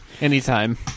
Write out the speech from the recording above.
Anytime